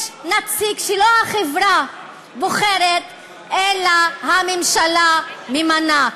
יש נציג שלא החברה בוחרת, אלא הממשלה ממנה.